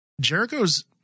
jericho's